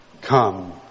Come